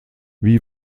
wie